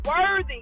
worthy